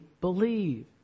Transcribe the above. believe